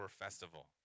festival